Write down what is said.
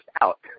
out